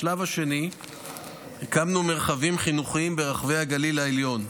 בשלב השני הקמנו מרחבים חינוכיים ברחבי הגליל העליון.